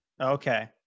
Okay